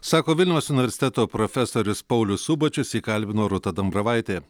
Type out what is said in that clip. sako vilniaus universiteto profesorius paulius subačius jį kalbino rūta dambravaitė